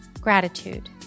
gratitude